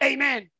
Amen